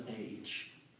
age